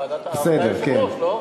אתה היושב-ראש, לא?